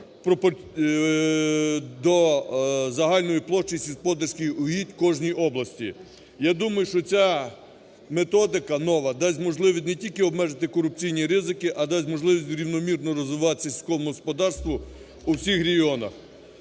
до загальної площі сільськогосподарських угідь кожної області. Я думаю, що ця методика нова дасть можливість не тільки обмежити корупційні ризики, а дасть можливість рівномірно розвиватися сільському господарству у всіх регіонах.